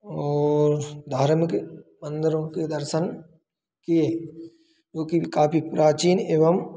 और धार्मिक मंदिरों के दर्शन किए जो कि काफी प्राचीन एवं